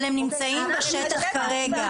אבל הם נמצאים בשטח כרגע.